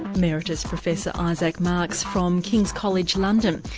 emeritus professor isaac marks from king's college, london.